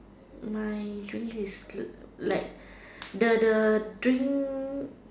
mine drinks is like the the drink